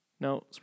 No